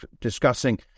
discussing